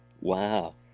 Wow